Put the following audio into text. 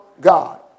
God